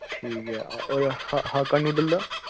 ठीक ऐ होर हाका नूडल्स दा